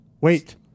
Wait